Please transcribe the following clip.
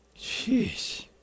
Jeez